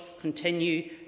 continue